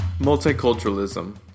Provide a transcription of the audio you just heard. Multiculturalism